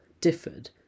differed